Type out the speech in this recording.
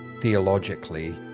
theologically